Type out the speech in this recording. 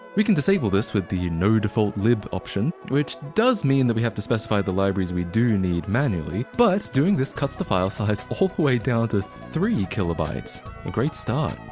we can disable this with the nodefaultlib option, which does mean that we have to specify the libraries we do need manually, but doing this cuts the file size all the way down to three kb. ah a great start.